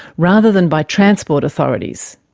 rather than by transport authorities.